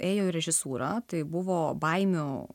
ėjo į režisūrą tai buvo baimių